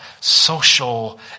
social